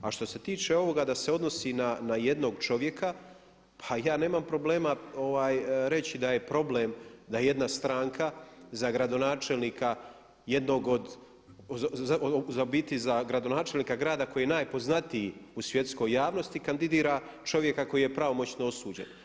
A što se tiče ovoga da se odnosi na jednog čovjeka, pa ja nemam problema reći da je problem da jedna stranka za gradonačelnika jednog od, u biti za gradonačelnika grada koji je najpoznatiji u svjetskoj javnosti kandidira čovjeka koji je pravomoćno osuđen.